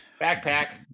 Backpack